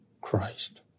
Christ